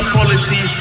policy